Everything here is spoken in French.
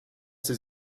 ses